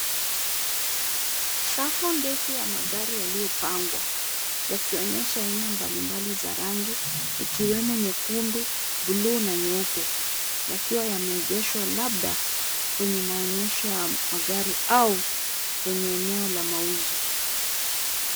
Safu ndefu ya magari yaliyopangwa yakionyesha aina mbalimbali za rangi ikiwemo nyekundu, bluu na nyeupe yakiwa yameegeshwa labda kwenye maonyesho ya magari au kwenye eneo la mauzo.